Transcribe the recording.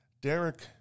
Derek